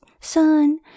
son